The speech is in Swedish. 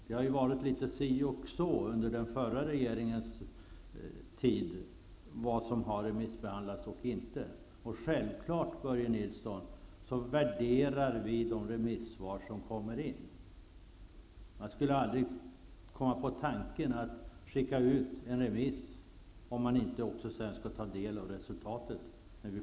Det har varit litet si och så under den förra regeringens tid vad som har remissbehandlats och inte. Och självklart, Börje Nilsson, värderar vi de remissvar som kommer in. Man skulle aldrig komma på tanken att skicka ut en remiss, om man inte avsåg att ta del av svaren.